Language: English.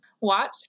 watch